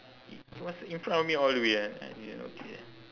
i~ it was in front of me all the way ah I didn't notice eh